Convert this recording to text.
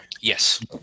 Yes